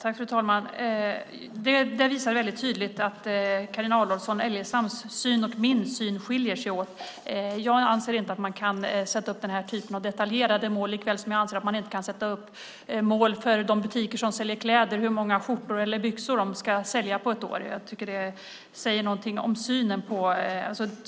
Fru talman! Det där visade väldigt tydligt att Carina Adolfsson Elgestams syn och min syn skiljer sig åt. Jag anser inte att man kan sätta upp den här typen av detaljerade mål, likaväl som jag anser att man inte kan sätta upp mål för hur många skjortor eller byxor butiker som säljer kläder ska sälja på ett år.